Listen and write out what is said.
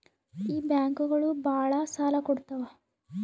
ಈ ಬ್ಯಾಂಕುಗಳು ಭಾಳ ಸಾಲ ಕೊಡ್ತಾವ